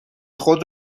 خود